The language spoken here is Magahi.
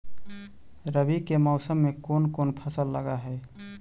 रवि के मौसम में कोन कोन फसल लग है?